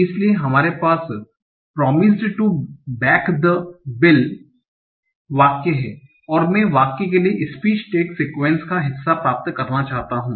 इसलिए हमारे पास promised to back the bill वाक्य है और मैं वाक्य के लिए स्पीच टैग सीक्वन्स का हिस्सा प्राप्त करना चाहता हूं